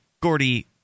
Gordy